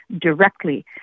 directly